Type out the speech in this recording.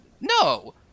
No